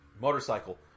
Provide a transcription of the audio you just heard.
motorcycle